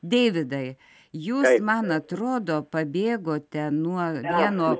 deividai jūs man atrodo pabėgote nuo vieno